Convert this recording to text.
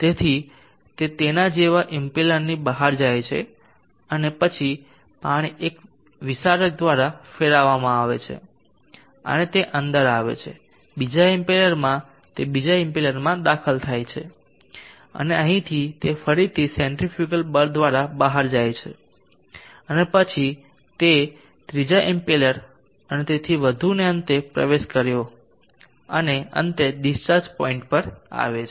તેથી તે તેના જેવા ઇમ્પેલરની બહાર જાય છે અને પછી પાણી એક વિસારક દ્વારા ફેરવવામાં આવે છે અને તે અંદર આવે છે બીજા ઇમ્પેલરમાં તે બીજા ઇમ્પેલરમાં દાખલ થાય છે અને અહીંથી તે ફરીથી સેન્ટ્રીફ્યુગલ બળ દ્વારા બહાર જાય છે અને પછી તે છે ત્રીજા ઇમ્પેલર અને તેથી વધુને અંતે પ્રવેશ કર્યો અને અંતે ડિસ્ચાર્જ પોઇન્ટ પર આવે છે